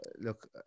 look